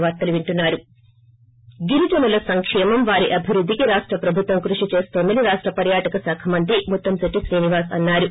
break గిరిజనుల సంక్షేమం వారి అభివృద్దికి రాష్ట ప్రభుత్వం కృషి చేస్తోందని రాష్ట పర్యాటక శాఖ మంత్రి ముత్తంకెట్టి శ్రీనివాస్ అన్నారు